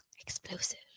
explosive